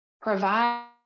provide